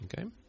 Okay